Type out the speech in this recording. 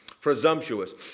Presumptuous